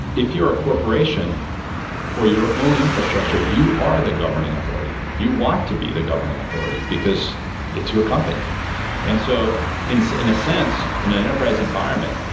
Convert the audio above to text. if you're a corporation for your own infrastructure, you are the governing authority. you want to be the governing authority, because it's your company and so in a sense, in an enterprise environment,